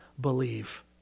believe